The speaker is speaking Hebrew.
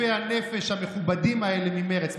יפי הנפש המכובדים האלה ממרצ.